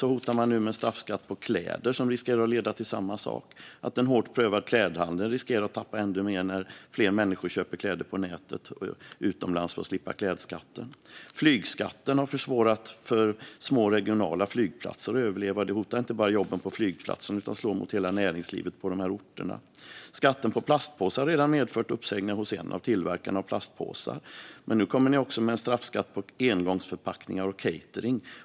Man hotar också med straffskatt på kläder, vilket riskerar att leda till samma sak. En hårt prövad klädhandel riskerar att tappa ännu mer när fler människor köper kläder på nätet och utomlands för att slippa klädskatten. Flygskatten har försvårat för små regionala flygplatser att överleva. Det hotar inte bara jobben på flygplatsen utan slår mot hela näringslivet på orterna. Skatten på plastpåsar har redan medfört uppsägningar hos en av tillverkarna av plastpåsar. Men nu kommer ni också med en straffskatt på engångsförpackningar och catering.